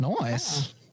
Nice